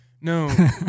No